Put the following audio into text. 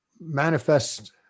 manifest